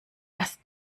erst